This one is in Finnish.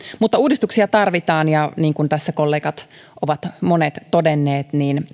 mutta uudistuksia tarvitaan ja niin kuin tässä monet kollegat ovat todenneet